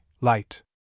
light